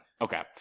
Okay